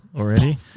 already